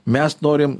mes norim